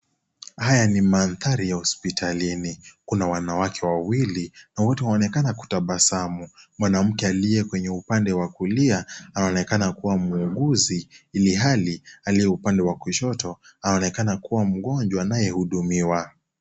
Haya ni mandhari ya hospitalini. Kuna wanawake wawili na wote wanaonekana kutabasamu. Mwanamke aliye kwenye upande wa kulia, anaonekana kuwa muuguzi, ilhali aliye upande wa kushoto anaonekana kuwa mgonjwa anayehudumiwa.